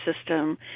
system